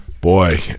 Boy